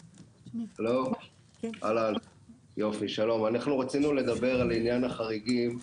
שלום, אנחנו רצינו לדבר על עניין החריגים,